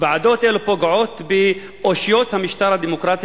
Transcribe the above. ועדות אלו פוגעות באושיות המשטר הדמוקרטי